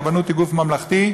הרבנות היא גוף ממלכתי,